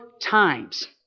times